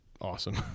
awesome